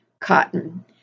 cotton